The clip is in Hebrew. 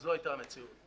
וזו הייתה המציאות.